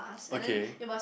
okay